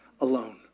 alone